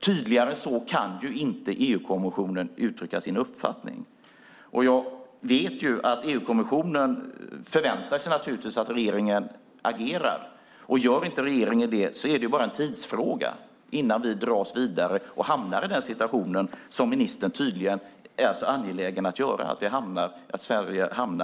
Tydligare än så kan EU-kommissionen inte uttrycka sin uppfattning. Jag vet att EU-kommissionen väntar sig att regeringen ska agera. Gör regeringen inte det är det bara en tidsfråga innan Sverige hamnar i EU-domstolen, där tydligen ministern är angelägen om att vi ska hamna.